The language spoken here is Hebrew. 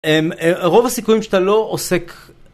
רוב הסיכויים שאתה לא עוסק...